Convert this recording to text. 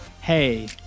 Hey